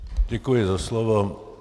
Děkuji za slovo.